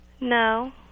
No